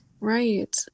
Right